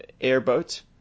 airboat